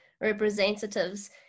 representatives